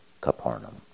Capernaum